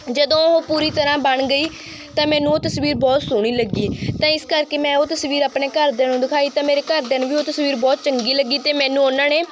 ਜਦੋਂ ਉਹ ਪੂਰੀ ਤਰਾਂ ਬਣ ਗਈ ਤਾਂ ਮੈਨੂੰ ਉਹ ਤਸਵੀਰ ਬਹੁਤ ਸੋਹਣੀ ਲੱਗੀ ਤਾਂ ਇਸ ਕਰਕੇ ਮੈਂ ਉਹ ਤਸਵੀਰ ਆਪਣੇ ਘਰਦਿਆਂ ਨੂੰ ਦਿਖਾਈ ਤਾਂ ਮੇਰੇ ਘਰਦਿਆਂ ਨੂੰ ਵੀ ਉਹ ਤਸਵੀਰ ਬਹੁਤ ਚੰਗੀ ਲੱਗੀ ਅਤੇ ਮੈਨੂੰ ਉਹਨਾਂ ਨੇ